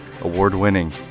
Award-winning